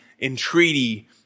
entreaty